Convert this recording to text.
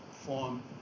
form